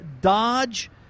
Dodge